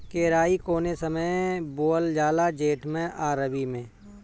केराई कौने समय बोअल जाला जेठ मैं आ रबी में?